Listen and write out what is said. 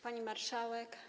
Pani Marszałek!